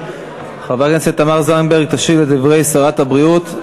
חברת הכנסת תמר זנדברג תשיב לדברי שרת הבריאות.